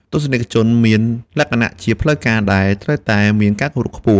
ទស្សនិកជនមានលក្ខណៈជាផ្លូវការដែលត្រូវតែមានការគោរពខ្ពស់។